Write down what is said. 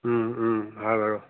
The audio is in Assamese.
হয় বাৰু